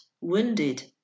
wounded